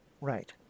Right